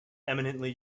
eminently